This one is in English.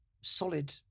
solid